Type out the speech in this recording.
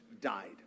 died